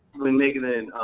when making an